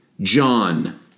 John